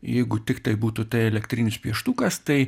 jeigu tiktai būtų tai elektrinis pieštukas tai